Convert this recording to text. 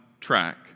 track